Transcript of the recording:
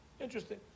Interesting